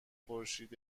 خورشید